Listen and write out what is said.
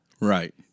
right